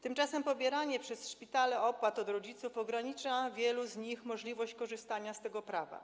Tymczasem pobieranie przez szpitale opłat od rodziców ogranicza wielu z nich możliwość korzystania z tego prawa.